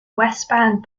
westbound